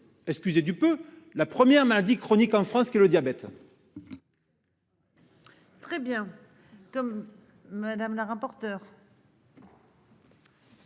Excusez du peu. La première main dit chronique en France que le diabète. Très bien. Madame la rapporteur.